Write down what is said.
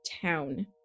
town